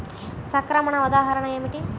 సంక్రమణ ఉదాహరణ ఏమిటి?